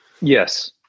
Yes